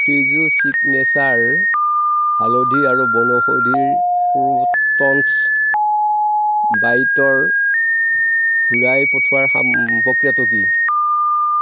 ফ্ৰেছো signature হালধি আৰু বনৌষধিৰ ক্ৰোটন্ছ বাইটৰ ঘূৰাই পঠিওৱাৰ প্ৰক্ৰিয়াটো কি